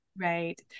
Right